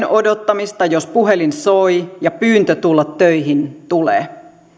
odottamista jos puhelin soi ja pyyntö tulla töihin tulee